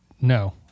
No